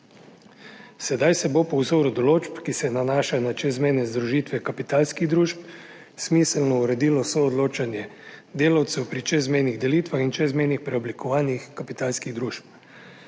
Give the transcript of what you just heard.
Sedaj se bo po vzoru določb, ki se nanašajo na čezmejne združitve kapitalskih družb, smiselno uredilo soodločanje delavcev pri čezmejnih delitvah in čezmejnih preoblikovanjih kapitalskih družb.